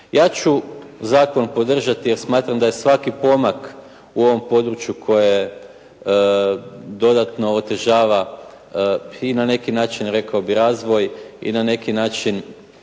Ja ću zakon podržati, jer smatram da je svaki pomak u ovom području koje dodatno otežava i na neki način rekao bih razvoj i na neki način